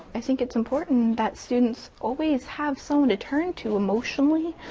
i think it's important that students always have someone to turn to emotionally,